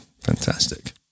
fantastic